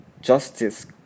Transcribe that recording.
Justice